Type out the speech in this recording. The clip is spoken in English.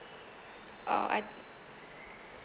uh I